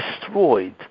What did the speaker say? destroyed